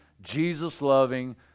Jesus-loving